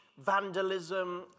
vandalism